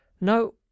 No—